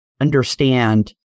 understand